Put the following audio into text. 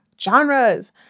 genres